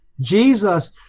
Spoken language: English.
Jesus